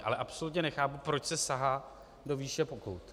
Ale absolutně nechápu, proč se sahá do výše pokut.